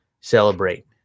celebrate